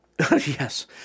Yes